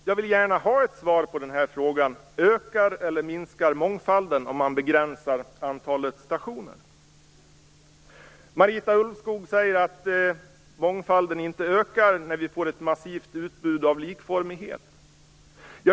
Jag vill gärna ha svar på frågan: Ökar eller minskar mångfalden om man begränsar antalet stationer? Marita Ulvskog säger att mångfalden inte ökar när vi får ett massivt utbud av likformighet.